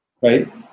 Right